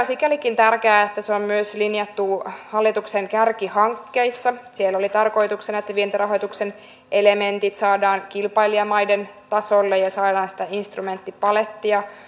sikälikin tärkeä että se on myös linjattu hallituksen kärkihankkeissa siellä oli tarkoituksena että vientirahoituksen elementit saadaan kilpailijamaiden tasolle ja saadaan sitä instrumenttipalettia